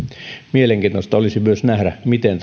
mielenkiintoista olisi myös nähdä miten